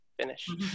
finish